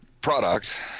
product